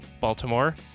baltimore